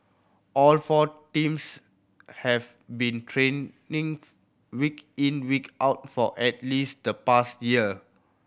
all four teams have been training week in week out for at least the past year